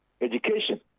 education